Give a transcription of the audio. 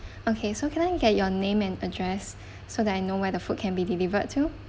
okay so can I get your name and address so that I know where the food can be delivered to